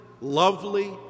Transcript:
lovely